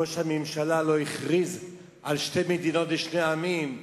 ראש הממשלה לא הכריז על שתי מדינות לשני העמים,